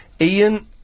Ian